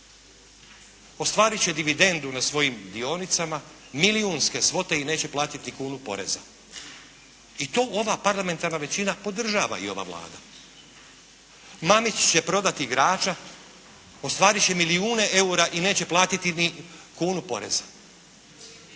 Ostvarit će dividendu na svojim dionicama, milijunske svote i neće platiti kunu poreza i to ova parlamentarna većina podržava i ova Vlada. Mamić će prodati igrača, ostvarit će milijune eura i neće platiti ni kunu poreza.